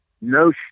no